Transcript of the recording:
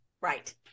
right